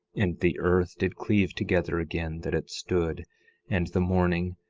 and the earth did cleave together again, that it stood and the mourning,